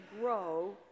grow